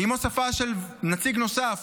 האם הוספה של נציג נוסף